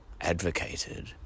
advocated